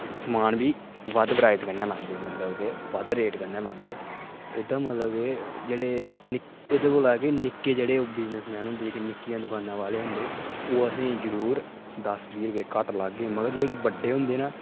समान बी बद्ध प्राइज कन्नै लांदे मतलब कि बद्ध रेट कन्नै लांदे एह्दा मतलब कि जेह्ड़े निक्के एह्दे कोला कि निक्के जेह्ड़े बिजनिसमैन जेह्डे निक्कियां दकानां आह्ले होंदे ओह् असें ई जरूर दस बीह् रपेऽ घट्ट लाह्गे मगर जेह्ड़े बड्डे होंदे न